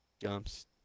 Jump's